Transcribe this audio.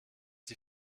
die